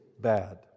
bad